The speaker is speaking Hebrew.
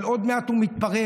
אבל עוד מעט הוא מתפורר,